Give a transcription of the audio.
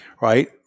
right